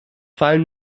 fallen